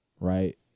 right